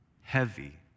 heavy